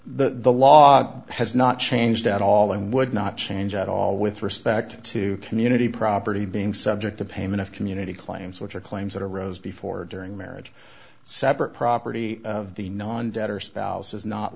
honor the law has not changed at all and would not change at all with respect to community property being subject to payment of community claims which are claims that arose before during marriage separate property of the non debtor spouse is not